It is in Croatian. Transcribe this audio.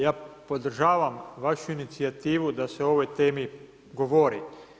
Ja podržavam vašu inicijativu da se o ovoj temi govori.